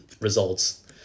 results